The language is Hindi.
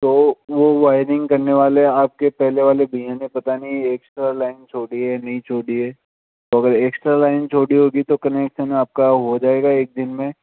तो वो वायरिंग करने वाले आपके पहले वाले भैया ने पता नहीं एक्स्ट्रा लाइन छोड़ी है नहीं छोड़ी है तो अगर एक्स्ट्रा लाइन छोड़ी होगी तो कनेक्शन आपका हो जायेगा एक दिन में